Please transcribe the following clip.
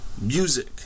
music